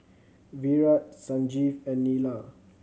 Virat Sanjeev and Neila